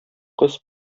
кыз